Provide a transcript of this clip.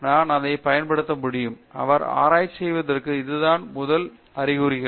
பேராசிரியர் சத்யநாராயணன் என் கும்மாடி அவர் ஆராய்ச்சி செய்வதற்கு இதுதான் முதல் அறிகுறிகள்